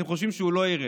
אתם חושבים שהוא לא יראה,